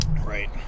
Right